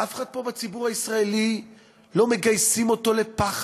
אף אחד פה, בציבור הישראלי, לא מגייסים אותו לפחד,